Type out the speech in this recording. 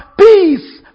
Peace